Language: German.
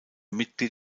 mitglied